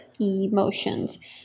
emotions